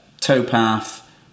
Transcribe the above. towpath